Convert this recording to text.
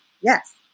Yes